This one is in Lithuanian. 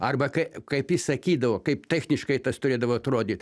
arba kai kaip jis sakydavo kaip techniškai tas turėdavo atrodyt